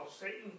Satan